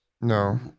No